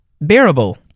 bearable